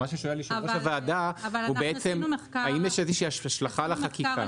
אבל מה ששואל יושב ראש הוועדה הוא בעצם האם יש איזושהי השלכה על החקיקה?